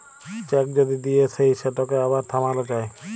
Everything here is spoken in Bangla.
চ্যাক যদি দিঁয়ে দেই সেটকে আবার থামাল যায়